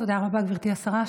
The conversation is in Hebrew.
תודה רבה, גברתי השרה.